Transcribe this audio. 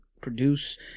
Produce